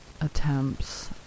attempts